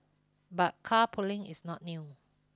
but carpooling is not new